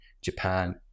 Japan